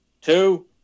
two